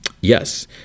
Yes